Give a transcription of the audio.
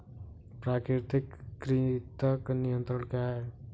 प्राकृतिक कृंतक नियंत्रण क्या है?